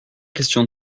question